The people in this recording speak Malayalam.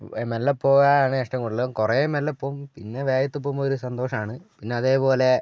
മെല്ലെ പോകാനാണ് ഇഷ്ടം കൂടുതല് കുറെ മെല്ലെ പോകും പിന്നെ വേഗത്തിൽ പോകുമ്പോൾ ഒരു സന്തോഷമാണ് പിന്നെ അതേപോലെ